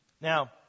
Now